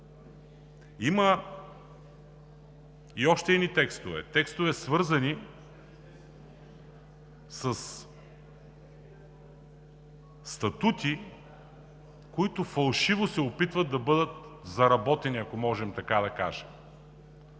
има и още едни текстове, свързани със статути, които фалшиво се опитват да бъдат „заработени“, ако можем така да кажем.